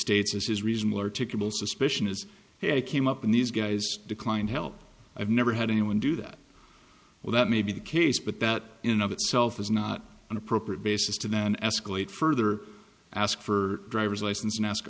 articulable suspicion is it came up in these guys declined help i've never had anyone do that well that may be the case but that in itself is not an appropriate basis to then escalate further ask for driver's license and ask